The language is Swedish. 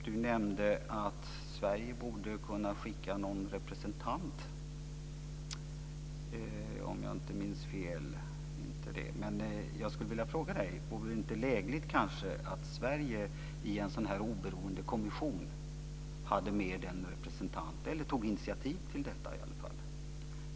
Hon nämnde att Sverige borde kunna skicka någon representant. Vore det inte lägligt att Sverige i en sådan oberoende kommission hade med en representant eller tog initiativ till detta?